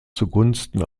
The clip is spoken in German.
zugunsten